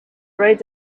write